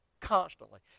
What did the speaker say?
constantly